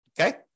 Okay